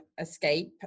escape